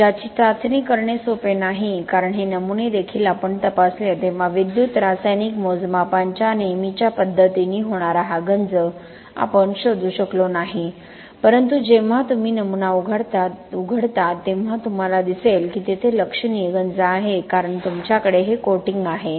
ज्याची चाचणी करणे सोपे नाही कारण हे नमुने देखील आपण तपासले तेव्हा विद्युत रासायनिक मोजमापांच्या नेहमीच्या पद्धतींनी होणारा हा गंज आपण शोधू शकलो नाही परंतु जेव्हा तुम्ही नमुना उघडता तेव्हा तुम्हाला दिसेल की तेथे लक्षणीय गंज आहे कारण तुमच्याकडे हे कोटिंग आहे